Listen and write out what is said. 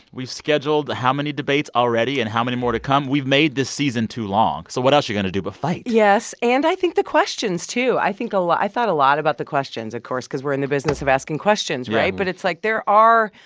rescheduled how many debates already and how many more to come? we've made this season too long. so what else you're going to to but fight? yes, and i think the questions, too. i think a lot i thought a lot about the questions, of course, because we're in the business of asking questions, right? but it's like there are,